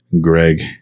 Greg